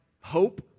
hope